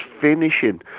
finishing